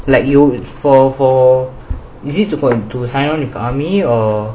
like you for for is it to for sign on if army or